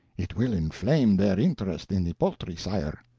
it will inflame their interest in the poultry, sire.